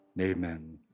Amen